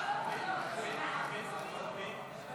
חד"ש-תע"ל ורע"מ להביע